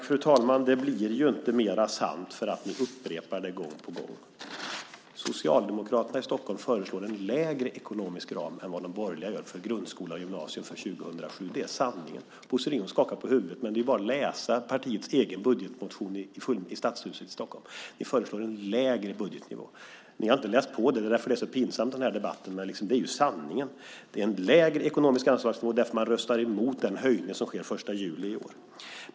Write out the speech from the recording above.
Fru talman! Det blir inte mer sant därför att ni upprepar argumenten gång på gång. Socialdemokraterna i Stockholm föreslår en snävare ekonomisk ram än de borgerliga för grundskola och gymnasium avseende år 2007. Det är sanningen. Bosse Ringholm skakar på huvudet, men det är bara att läsa partiets egen budgetmotion i Stadshuset i Stockholm. Ni föreslår en lägre budgetnivå. Ni har inte läst på. Därför är den här debatten så pinsam. Sanningen är att det är en lägre ekonomisk anslagsnivå därför att man röstat mot den höjning som sker den 1 juli i år.